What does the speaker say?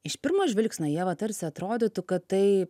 iš pirmo žvilgsnio ieva tarsi atrodytų kad tai